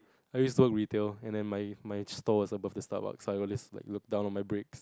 I used to work retail and then my my store is above the Starbucks so I will just look down on my breaks